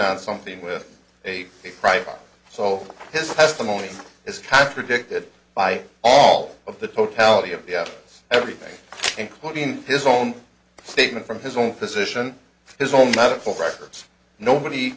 out something with a crime so his testimony is contradicted by all of the totality of the everything including his own statement from his own physician his own medical records nobody